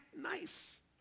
nice